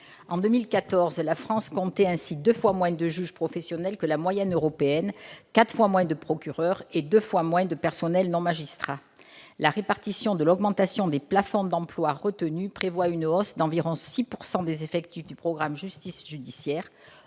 En 2014, la France comptait ainsi deux fois moins de juges professionnels que la moyenne européenne, quatre fois moins de procureurs et deux fois moins de non-magistrats. La répartition de l'augmentation des plafonds d'emplois retenue prévoit une hausse d'environ 6 % des effectifs du programme « Justice judiciaire